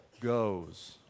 goes